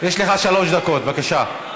יש לך שלוש דקות, בבקשה.